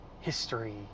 History